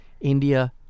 India